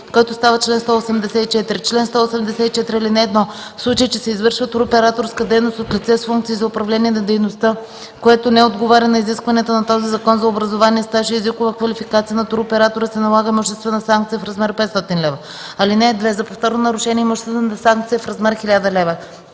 който става чл. 184: „Чл. 184. (1) В случай че се извършва туроператорска дейност от лице с функции за управление на дейността, което не отговаря на изискванията на този закон за образование, стаж и езикова квалификация, на туроператора се налага имуществена санкция в размер 500 лв. (2) За повторно нарушение имуществената санкция е в размер 1000 лв.”